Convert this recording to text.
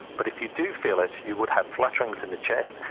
but if you do feel it you would have flutterings in the chest,